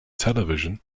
television